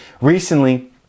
recently